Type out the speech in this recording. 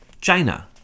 China